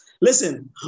Listen